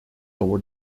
over